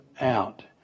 out